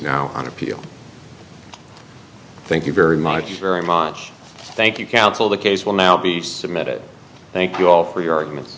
now on appeal thank you very much very much thank you counsel the case will now be submitted thank you all for your arguments